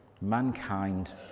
Mankind